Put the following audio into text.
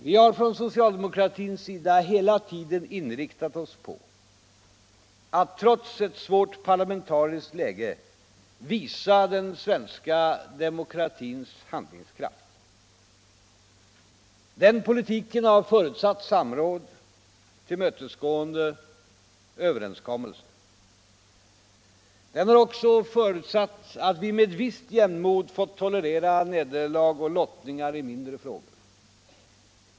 Vi har från socialdemokratins sida hela tiden inriktat oss på att trots ett svårt parlamentariskt läge visa den svenska demokratins handlingskraft. Den politiken har förutsatt samråd, tillmötesgående och överenskommelser. Den har också förutsatt att vi med visst jämnmod fått tolerera nederlag och lottningar i mindre frågor.